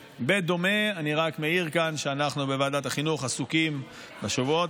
אני רק מעיר כאן שאנחנו בוועדת החינוך עסוקים בשבועות